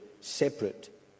separate